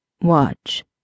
Watch